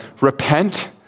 repent